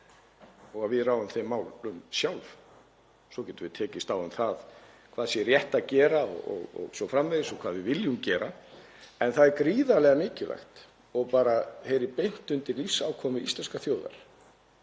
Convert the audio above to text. og að við ráðum þeim málum sjálf. Svo getum við tekist á um hvað sé rétt að gera o.s.frv. og hvað við viljum gera. En það er gríðarlega mikilvægt og bara heyrir beint undir lífsafkomu íslenskrar þjóðar